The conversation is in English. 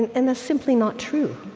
and and that's simply not true.